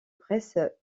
presse